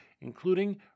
including